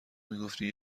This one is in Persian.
میگفتی